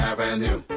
Avenue